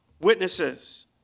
witnesses